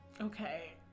Okay